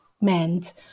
meant